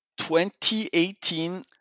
2018